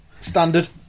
Standard